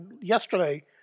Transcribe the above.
yesterday